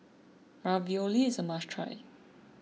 Ravioli is a must try